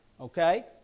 okay